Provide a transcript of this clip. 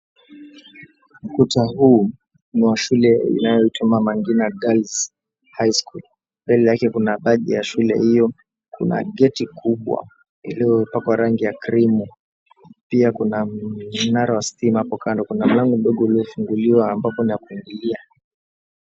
Ukuta huu ni wa shule inayoitwa Mama Ngina Girls High School. Mbele yake kuna baji ya shule hiyo. Kuna geti kubwa iliyopakwa rangi ya krimu . Pia kuna kinara wa stima hapo kando. kuna mlango ndogo uliofunguliwa ambapo ni wa kuingilia.